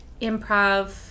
improv